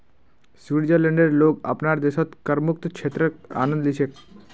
स्विट्जरलैंडेर लोग अपनार देशत करमुक्त क्षेत्रेर आनंद ली छेक